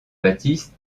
baptiste